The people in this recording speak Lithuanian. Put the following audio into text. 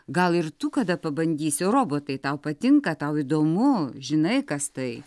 gal ir tu kada pabandysi robotai tau patinka tau įdomu žinai kas tai